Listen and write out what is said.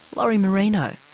lori marino.